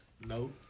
no